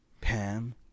Pam